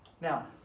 Now